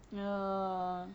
oh